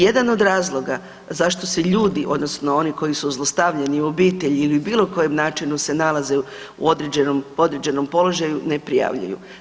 Jedan od razloga zašto se ljudi odnosno oni koji su zlostavljani u obitelji ili bilo kojem načinu se nalaze u određenom položaju ne prijavljuju.